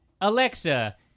Alexa